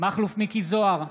מכלוף מיקי זוהר,